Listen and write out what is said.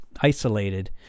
isolated